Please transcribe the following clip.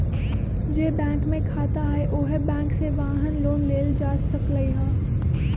जे बैंक में खाता हए उहे बैंक से वाहन लोन लेल जा सकलई ह